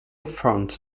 front